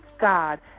God